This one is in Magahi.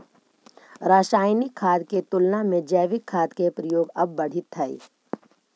रासायनिक खाद के तुलना में जैविक खाद के प्रयोग अब बढ़ित हई